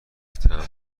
تمبر